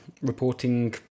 reporting